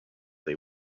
they